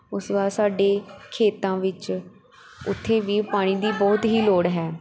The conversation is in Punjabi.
ਉਸ ਤੋਂ ਬਾਅਦ ਸਾਡੀ ਖੇਤਾਂ ਵਿੱਚ ਉੱਥੇ ਵੀ ਪਾਣੀ ਦੀ ਬਹੁਤ ਹੀ ਲੋੜ ਹੈ